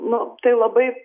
nu tai labai